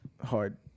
hard